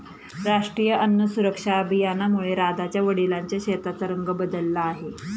राष्ट्रीय अन्न सुरक्षा अभियानामुळे राधाच्या वडिलांच्या शेताचा रंग बदलला आहे